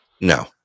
No